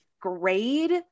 grade